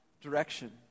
direction